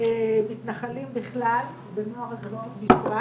מתנחלים בכלל ונוער הגבעות בפרט